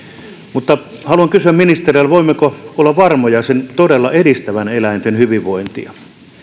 mutta haluan kysyä ministereiltä voimmeko olla varmoja sen todella edistävän eläinten hyvinvointia